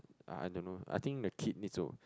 I don't know I think the kid needs to